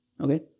Okay